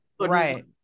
right